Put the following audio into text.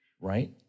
right